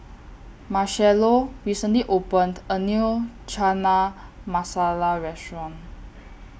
Marchello recently opened A New Chana Masala Restaurant